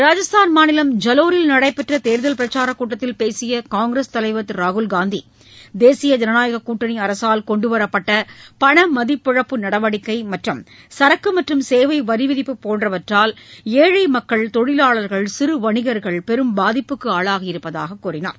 ராஜஸ்தான் மாநிலம் ஜலோரில் நடைபெற்ற தேர்தல் பிரச்சாரக் கூட்டத்தில் பேசிய காங்கிரஸ் தலைவர் திரு ராகுல்காந்தி தேசிய ஜனநாயகக் கூட்டனி அரசால் கொண்டுவரப்பட்ட பணமதிப்பிழப்பு நடவடிக்கை மற்றும் சரக்கு மற்றும் சேவை வரி விதிப்பு போன்றவற்றால் ஏழை மக்கள் தொழிலாளர்கள் சிறு வணிகர்கள் பெரும் பாதிப்புக்கு ஆளாகி இருப்பதாகக் கூறினார்